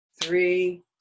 three